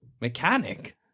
Mechanic